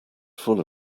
full